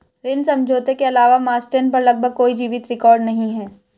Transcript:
ऋण समझौते के अलावा मास्टेन पर लगभग कोई जीवित रिकॉर्ड नहीं है